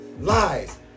Lies